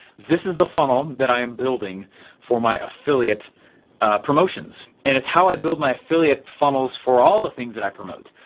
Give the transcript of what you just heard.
this is the funnel that i am building for my affiliate promotions and it's how i build my affiliate funnels for all the things that i promote.